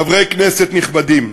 חברי כנסת נכבדים,